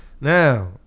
Now